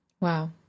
Wow